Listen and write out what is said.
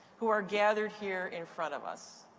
who are gathered here in front of us.